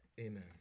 amen